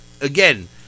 again